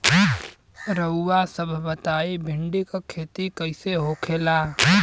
रउआ सभ बताई भिंडी क खेती कईसे होखेला?